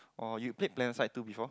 or you played PlanetSide Two before